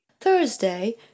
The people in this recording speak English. Thursday